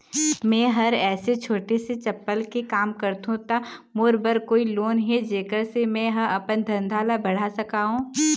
मैं हर ऐसे छोटे से चप्पल के काम करथों ता मोर बर कोई लोन हे जेकर से मैं हा अपन धंधा ला बढ़ा सकाओ?